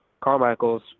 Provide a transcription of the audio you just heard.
Carmichael's